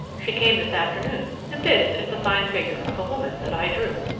she came this afternoon, and this is the fine figure of a woman that i drew!